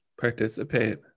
participate